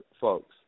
folks